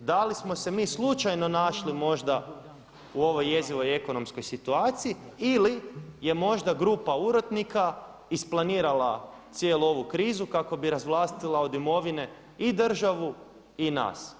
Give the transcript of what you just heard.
da li smo se mi slučajno našli možda u ovoj jezivoj ekonomskoj situaciji ili je možda grupa urotnika isplanirala cijelu ovu krizu kako bi razvlastila od imovine i državu i nas.